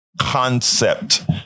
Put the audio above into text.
concept